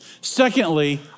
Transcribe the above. Secondly